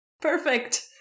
Perfect